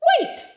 Wait